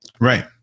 Right